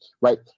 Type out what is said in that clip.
right